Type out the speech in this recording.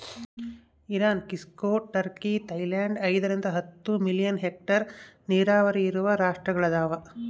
Iran Mexico Turkey Thailand ಐದರಿಂದ ಹತ್ತು million hectare ನೀರಾವರಿ ಇರುವ ರಾಷ್ಟ್ರಗಳದವ